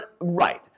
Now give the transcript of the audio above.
Right